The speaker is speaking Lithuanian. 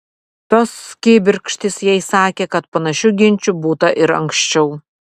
tos kibirkštys jai sakė kad panašių ginčų būta ir anksčiau